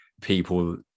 people